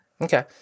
Okay